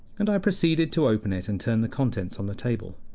and i proceeded to open it and turn the contents on the table.